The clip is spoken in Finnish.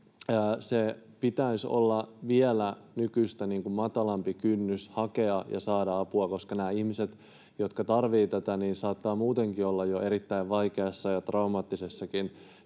pitäisi olla vielä nykyistä matalampi kynnys hakea ja saada apua, koska nämä ihmiset, jotka tarvitsevat tätä, saattavat muutenkin olla jo erittäin vaikeassa ja traumaattisessakin